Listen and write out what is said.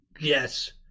Yes